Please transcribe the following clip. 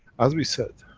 as we said,